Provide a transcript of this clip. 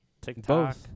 TikTok